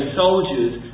soldiers